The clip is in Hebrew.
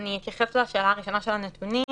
אני אתייחס לשאלה הראשונה של הנתונים.